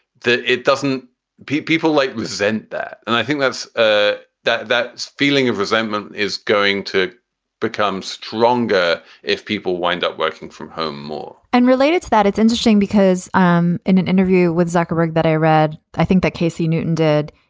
it doesn't people like resent that. and i think that's ah that that feeling of resentment is going to become stronger if people wind up working from home more and related to that, it's interesting because um in an interview with zuckerberg that i read, i think that casey newton did.